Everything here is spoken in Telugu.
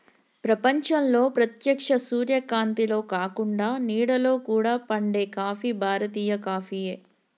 ప్రపంచంలో ప్రేత్యక్ష సూర్యకాంతిలో కాకుండ నీడలో కూడా పండే కాఫీ భారతీయ కాఫీయే